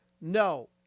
no